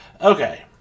Okay